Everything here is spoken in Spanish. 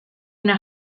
una